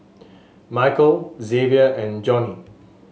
Michael Xavier and Joni